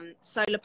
solar